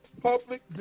public